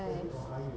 like